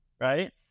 right